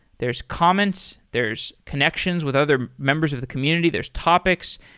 there's comments. there's connections with other members of the community. there's topics.